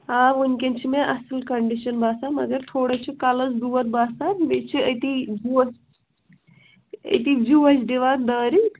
آ ؤنکیٚن چھِ مےٚ اَصٕل کَنٛڈِشَن باسان مگر تھوڑا چھِ کَلَس دود باسان بیٚیہِ چھِ أتی جو أتی جوش دِوان دٲرِتھ